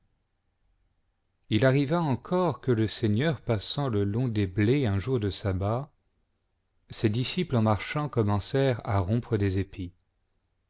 il an iva encore que le seigneur passant le long des blés un joiu de sabbat ses disciples en marchant commencèrent à rompre des épis